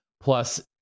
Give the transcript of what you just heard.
plus